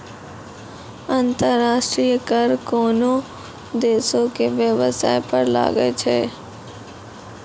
अंतर्राष्ट्रीय कर कोनोह देसो के बेबसाय पर लागै छै